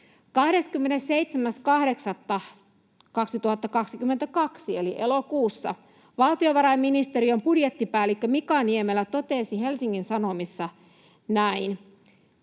27.8.2022 eli elokuussa valtiovarainministeriön budjettipäällikkö Mika Niemelä totesi Helsingin Sanomissa näin: